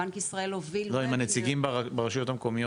בנק ישראל הוביל --- לא עם הנציגים מהרשויות המקומיות,